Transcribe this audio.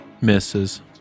Misses